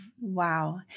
Wow